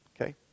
Okay